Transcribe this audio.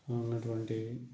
ఉన్నటువంటి